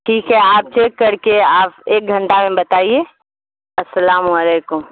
ٹھیک ہے آپ چیک کر کے آپ ایک گھنٹہ میں بتائیے السلام علیکم